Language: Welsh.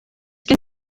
gen